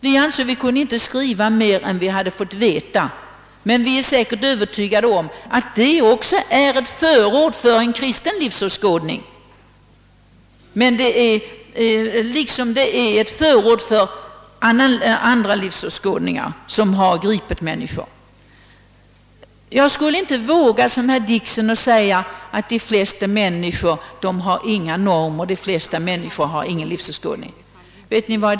Vi ansåg att vi inte kunde skriva annat än vi hade fått veta, detta innebär ett förord för en kristen livsåskådning liksom det är ett förord för andra livsåskådningar, som människor tar på allvar. ' Jag skulle inte som herr Dickson våga säga att de flesta människor inte har några normer eller någon livsåskådning.